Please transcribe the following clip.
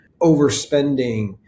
overspending